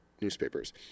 newspapers